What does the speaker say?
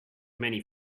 many